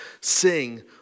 Sing